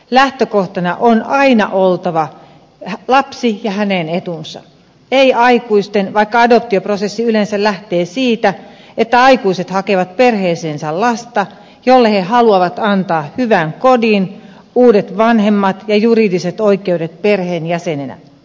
lähtökohtana on aina oltava lapsi ja hänen etunsa ei aikuisten vaikka adoptioprosessi yleensä lähtee siitä että aikuiset hakevat perheeseensä lasta jolle he haluavat antaa hyvän kodin uudet vanhemmat ja juridiset oikeudet perheenjäsenenä